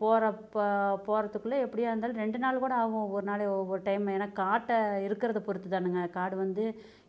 போறப்போ போறதுக்குள்ளே எப்படியா இருந்தாலும் ரெண்டு நாள் கூட ஆவும் ஒரு நாள் ஒரு டைமு ஏன்னா காட்டை இருக்கறதை பொறுத்துதானுங்க காடு வந்து